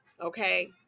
Okay